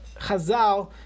Chazal